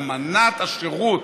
אמנת השירות.